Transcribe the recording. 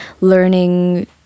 learning